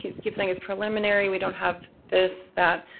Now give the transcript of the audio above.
you keep saying it's preliminary, we don't have this, that.